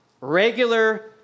regular